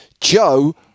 Joe